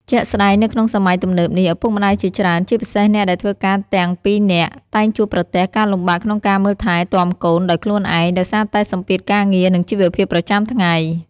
ជាក់ស្ដែង នៅក្នុងសម័យទំនើបនេះ ឪពុកម្ដាយជាច្រើន ជាពិសេសអ្នកដែលធ្វើការទាំងពីរនាក់ តែងជួបប្រទះការលំបាកក្នុងការមើលថែទាំកូនដោយខ្លួនឯង ដោយសារតែសម្ពាធការងារ និងជីវភាពប្រចាំថ្ងៃ។